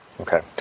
Okay